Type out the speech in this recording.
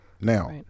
now